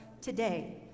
today